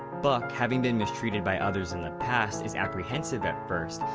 buck, having been mistreated by others in the past, is apprehensive at first,